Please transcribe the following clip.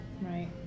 right